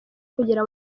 kugera